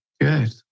good